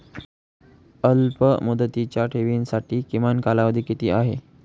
अल्पमुदतीच्या ठेवींसाठी किमान कालावधी किती आहे?